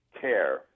care